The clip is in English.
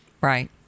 Right